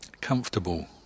comfortable